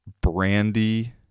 Brandy